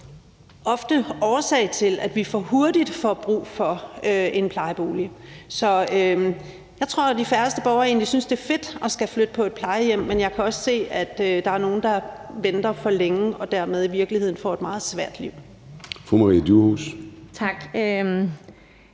ofte er årsag til, at vi for hurtigt får brug for en plejebolig. Så jeg tror, at de færreste borgere egentlig synes, det er fedt at skulle flytte på et plejehjem, men jeg kan også se, at der er nogle, der venter for længe og dermed i virkeligheden får et meget svært liv. Kl. 10:07 Formanden